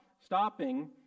stopping